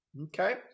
Okay